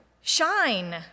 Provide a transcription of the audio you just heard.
Shine